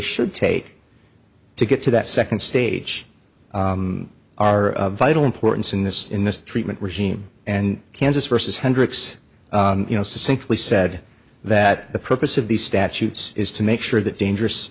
should take to get to that second stage our vital importance in this in this treatment regime and kansas versus hundreds you know simply said that the purpose of these statutes is to make sure that dangerous